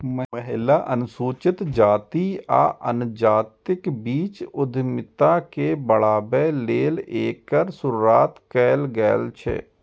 महिला, अनुसूचित जाति आ जनजातिक बीच उद्यमिता के बढ़ाबै लेल एकर शुरुआत कैल गेल छै